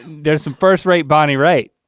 there's some first rate bonnie raitt.